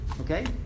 Okay